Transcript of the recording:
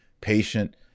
patient